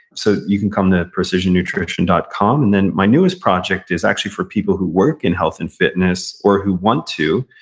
so you can come to precisionnutrition dot com, and then my newest project is actually for people who work in health and fitness, or who want to.